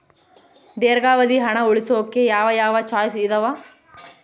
ದೇರ್ಘಾವಧಿ ಹಣ ಉಳಿಸೋಕೆ ಯಾವ ಯಾವ ಚಾಯ್ಸ್ ಇದಾವ?